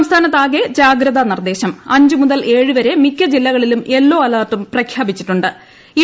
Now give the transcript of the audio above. സംസ്ഥാനത്ത് ആകെ ജാഗ്രതാ നിർദ്ദേശം അഞ്ച് മുതൽ ഏഴു വരെ മിക്ക ജില്ലകളിലും യെല്ലോ അലർട്ടും പ്രഖ്യാപിച്ചിട്ടു ്